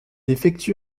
effectue